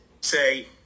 say